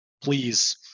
please